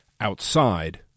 outside